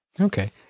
Okay